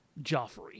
Joffrey